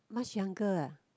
much younger ah